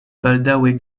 baldaŭe